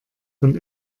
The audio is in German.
von